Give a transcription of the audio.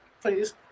please